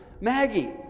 Maggie